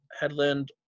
Headland